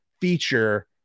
feature